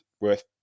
worth